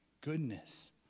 goodness